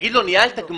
תגיד לו שהוא ניהל גמ"ח